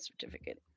certificate